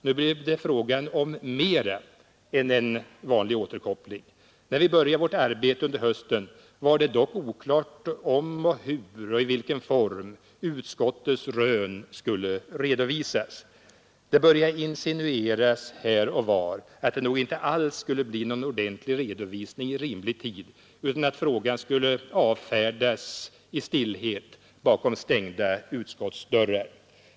Nu blev det fråga om mer än en vanlig återkoppling. När vi började vårt arbete under hösten var det dock oklart om, hur och i vilken form utskottets rön skulle redovisas. Det började här och var insinueras att det nog inte alls skulle bli någon ordentlig redovisning i rimlig tid, utan att frågan skulle avfärdas i stillhet bakom stängda utskottsdörrar.